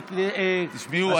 תשמעו,